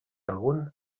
algun